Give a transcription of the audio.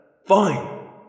Fine